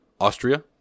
Austria